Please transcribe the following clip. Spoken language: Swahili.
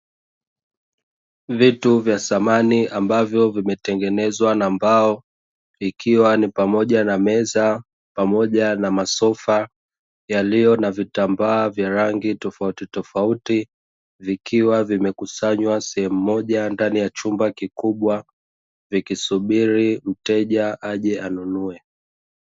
Vitu vya samani ambavyo vimetengenezwa na mbao ikiwa ni pamoja na: meza, pamoja na masofa yaliyo na vitambaa vya rangi tofautitofauti. Vikiwa vimekusanywa sehemu moja ndani ya chumba kikubwa, vikisubiri mteja aje anunue.